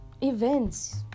events